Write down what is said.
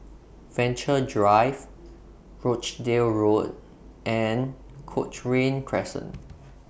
Venture Drive Rochdale Road and Cochrane Crescent